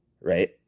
right